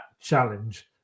challenge